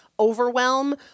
overwhelm